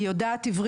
היא יודעת עברית,